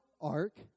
ark